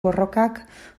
borrokak